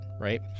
right